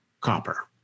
Copper